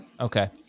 Okay